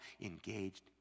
engaged